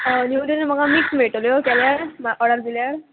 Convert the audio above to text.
new देव म्हाका mix मेळटल्यो केल्यार ऑर्डर दिल्यार